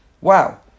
Wow